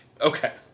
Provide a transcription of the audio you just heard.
okay